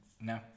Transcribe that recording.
No